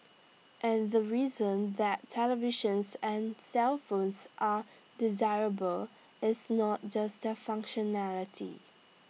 and the reason that televisions and cellphones are desirable is not just their functionality